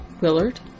Willard